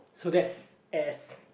so that's S